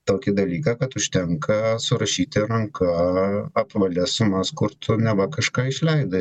tokį dalyką kad užtenka surašyti ranka apvalias sumas kur tu neva kažką išleidai